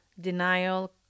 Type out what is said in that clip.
denial